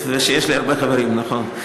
ושיש לי הרבה חברים, נכון.